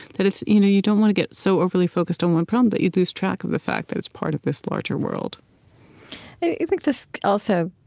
that it's you know you don't want to get so overly focused on one problem that you lose track of the fact that it's part of this larger world and i think this also